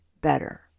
better